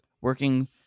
working